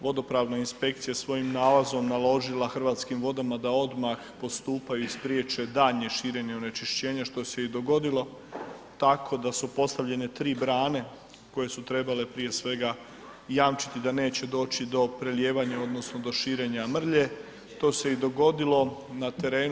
Vodopravna inspekcija je svojim nalazom naložila Hrvatskim vodama da odmah postupaju i spriječe daljnje širenje onečišćenja što se i dogodilo, tako da su postavljene 3 brane koje su trebale prije svega jamčiti da neće doći do prelijevanja odnosno do širenja mrlje, to se i dogodilo na terenu.